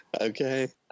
okay